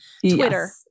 Twitter